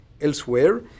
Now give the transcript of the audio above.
Elsewhere